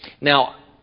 Now